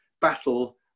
battle